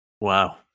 Wow